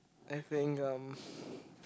I think um